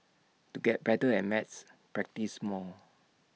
to get better at maths practise more